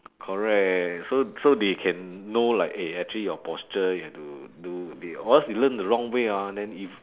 correct so so they can know like eh actually your posture you have to do a bit or else you learn the wrong way ah then if